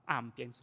ampia